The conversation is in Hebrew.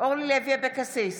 אורלי לוי אבקסיס,